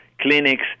clinics